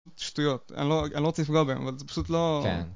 שטויות, אני לא רוצה לפגוע בהם, אבל זה פשוט לא...